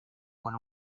con